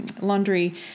laundry